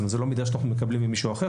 זה לא מידע שאנחנו מקבלים ממישהו אחר,